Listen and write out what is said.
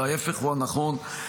אלא ההפך הוא הנכון.